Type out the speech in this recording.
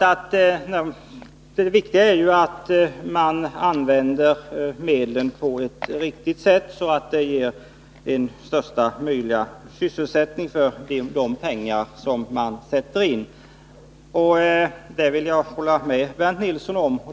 Det viktiga är att man använder de regionalpolitiska medlen på ett riktigt sätt, så att de pengar som sätts in ger största möjliga sysselsättning. På den punkten håller jag med Bernt Nilsson.